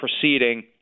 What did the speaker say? proceeding